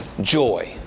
Joy